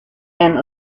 and